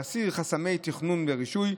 להסיר חסמי תכנון ורישוי,